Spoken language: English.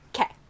Okay